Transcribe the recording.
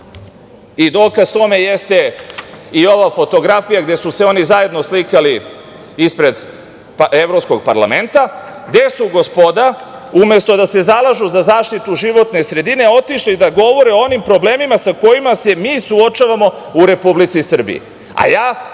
i dokaz tome jeste i ova fotografija gde su se oni zajedno slikali ispred Evropskog parlamenta gde su gospoda umesto da se zalažu za zaštitu životne sredine otišli da govore o onim problemima sa kojima se mi suočavamo u Republici Srbiji. Ja